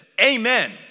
amen